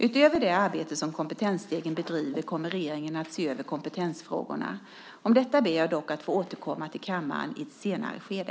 Utöver det arbete som Kompetensstegen bedriver kommer regeringen att se över kompetensfrågorna. Om detta ber jag dock att få återkomma till kammaren i ett senare skede.